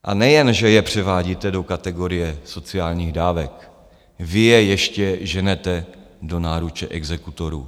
A nejenže je převádíte do kategorie sociálních dávek, vy je ještě ženete do náruče exekutorů.